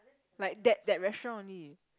like that that restaurant only